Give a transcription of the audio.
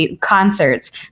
concerts